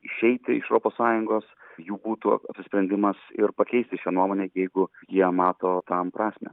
išeiti iš europos sąjungos jų būtų sprendimas ir pakeisti šią nuomonę jeigu jie mato tam prasmę